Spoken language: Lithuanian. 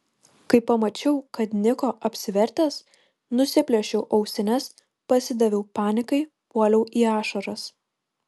kai pamačiau kad niko apsivertęs nusiplėšiau ausines pasidaviau panikai puoliau į ašaras